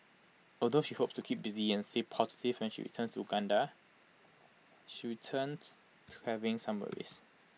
although she hopes to keep busy and stay positive when she returns to Uganda she to having some worries